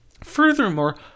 Furthermore